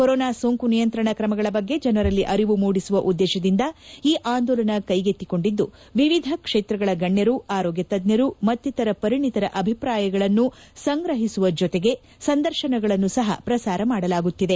corona ಸೋಂಕು ನಿಯಂತ್ರಣ ಕ್ರಮಗಳ ಬಗ್ಗೆ ಜನರಲ್ಲಿ ಅರಿವು ಮೂಡಿಸುವ ಉದ್ದೇಶದಿಂದ ಈ ಆಂದೋಲನ ಕ್ಲೆಗೆತ್ತಿಕೊಂಡಿದ್ದು ವಿವಿಧ ಕ್ಷೇತ್ರಗಳ ಗಣ್ಣರು ಆರೋಗ್ಣ ತಜ್ಜರು ಮತ್ತಿತರ ಪರಿಣಿತರ ಅಭಿಪ್ರಾಯಗಳನ್ನು ಸಂಗ್ರಹಿಸುವ ಜೊತೆಗೆ ಸಂದರ್ಶನಗಳನ್ನು ಸಹ ಪ್ರುಾರ ಮಾಡಲಾಗುತ್ತಿದೆ